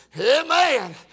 Amen